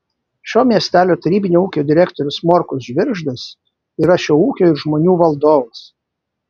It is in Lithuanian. šio miestelio tarybinio ūkio direktorius morkus žvirgždas yra šio ūkio ir žmonių valdovas